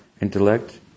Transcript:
intellect